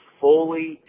fully